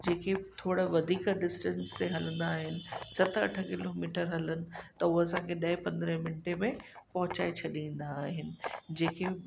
जेकी बि थोरा वधीक डिस्टेंस ते हलंदा आहिनि सत अठ किलोमीटर हलनि त उहा असांखे ॾह पंद्रहें मिंटे में पहुचाए छॾींदा आहिनि जेके